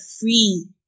free